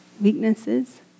weaknesses